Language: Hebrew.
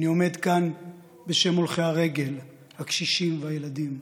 אני עומד כאן בשם הולכי הרגל, הקשישים והילדים.